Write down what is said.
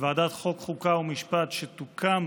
בוועדת החוקה, חוק ומשפט שתוקם,